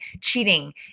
cheating